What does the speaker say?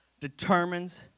determines